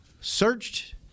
searched